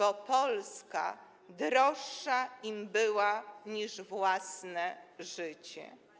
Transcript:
To, że Polska droższa im była niż własne życie.